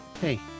Hey